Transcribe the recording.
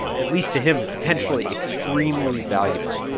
at least to him, potentially extremely valuable.